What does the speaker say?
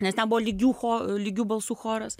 nes ten buvo lygių cho lygių balsų choras